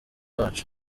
wacu